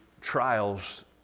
trials